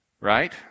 right